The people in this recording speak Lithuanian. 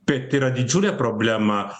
bet yra didžiulė problema